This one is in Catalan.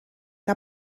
que